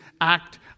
act